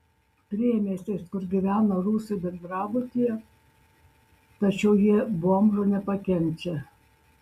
priemiestis kur gyvena rusai bendrabutyje tačiau jie bomžų nepakenčia